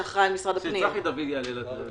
שצחי דוד יעלה לזום.